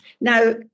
Now